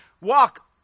walk